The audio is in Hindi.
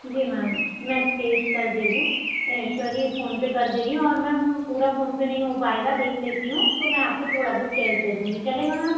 जी मैम मैं कैश कर दे रही हूँ सॉरी फोनपे कर दे रही हूँ और मैम पूरा फोनपे नहीं हो पाएगा देख लेती हूँ तो मैं आपको थोड़ा बहुत कैश दे दूँगी चलेगा मैम